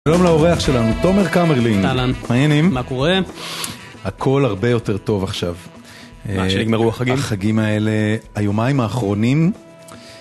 שלום לאורח שלנו, תומר קמרלין, אהלן, מה העניינים? מה קורה? הכל הרבה יותר טוב עכשיו, מה שנגמרו החגים? החגיל האלה היומיים האחרונים